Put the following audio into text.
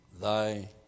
thy